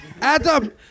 Adam